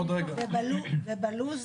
ובלו"ז?